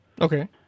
Okay